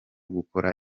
gukora